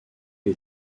les